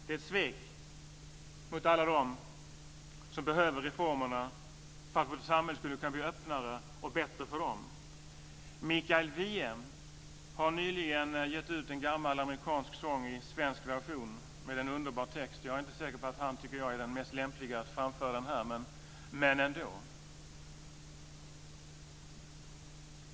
Det är ett svek mot alla dem som behöver reformerna för att vårt samhälle ska kunna bli öppnare och bättre för dem. Mikael Wiehe har nyligen gett ut en gammal amerikansk sång i svensk version med en underbar text. Jag är inte säker på att han tycker att jag är den mest lämpliga att framföra den här, men jag gör det ändå.